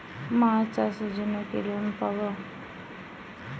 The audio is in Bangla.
মাছ চাষের জন্য কি লোন পাব?